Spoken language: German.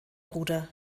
bruder